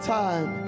time